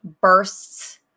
bursts